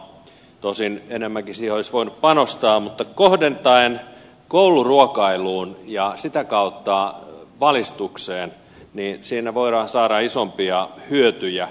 tosin enemmänkin siihen olisi voinut panostaa mutta kohdentaen kouluruokailuun ja sitä kautta valistukseen voidaan saada isompia hyötyjä